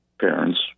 parents